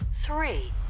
Three